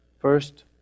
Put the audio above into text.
first